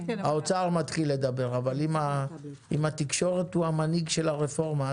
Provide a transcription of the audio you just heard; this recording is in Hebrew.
האוצר מתחיל לדבר אבל אם התקשורת הוא המנהיג של הרפורמה,